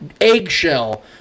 eggshell